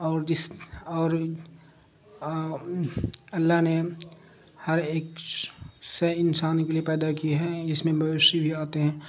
اور جس اور اللہ نے ہر ایک سے انسان کے لیے پیدا کی ہے اس میں بوشی بھی آتے ہیں